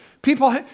People